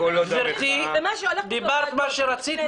--- גברתי, דיברת מה שרצית.